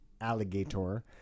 alligator